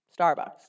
Starbucks